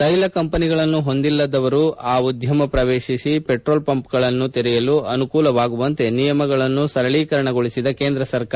ತೈಲ ಕಂಪನಿಗಳನ್ನು ಹೊಂದಿಲ್ಲದವರು ಆ ಉದ್ದಮ ಪ್ರವೇಶಿಸಿ ಪೆಟ್ರೋಲ್ ಪಂಪ್ಗಳನ್ನು ತೆರೆಯಲು ಅನುಕೂಲವಾಗುವಂತೆ ನಿಯಮಗಳನ್ನು ಸರಳೀಕರಣಗೊಳಿಸಿದ ಕೇಂದ್ರ ಸರ್ಕಾರ